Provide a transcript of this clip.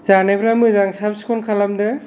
जानायफ्रा मोजां साब सिखन खालामदो